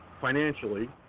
financially